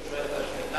כשאתה שואל את השאלה,